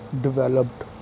developed